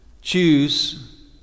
choose